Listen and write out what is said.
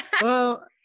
Well-